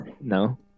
No